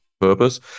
purpose